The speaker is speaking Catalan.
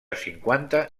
cinquanta